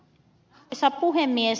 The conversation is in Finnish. arvoisa puhemies